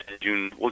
June